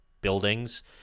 buildings